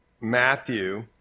Matthew